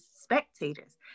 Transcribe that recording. spectators